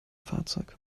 fahrzeug